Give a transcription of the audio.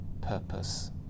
purpose